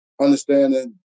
understanding